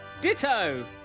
Ditto